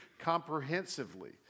comprehensively